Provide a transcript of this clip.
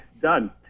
Done